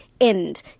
end